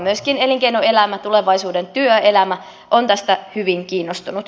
myöskin elinkeinoelämä tulevaisuuden työelämä on tästä hyvin kiinnostunut